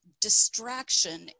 distraction